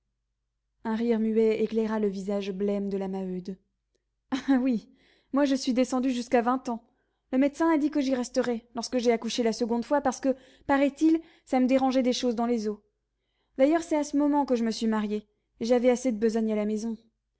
rire muet éclaira le visage blême de la maheude ah oui ah oui moi je suis descendue jusqu'à vingt ans le médecin a dit que j'y resterais lorsque j'ai accouché la seconde fois parce que paraît-il ça me dérangeait des choses dans les os d'ailleurs c'est à ce moment que je me suis mariée et j'avais assez de besogne à la maison